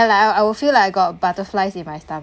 I like I I will feel like got butterflies in my tongue